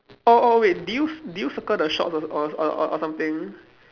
oh oh wait did you did you circle the shorts or or or or something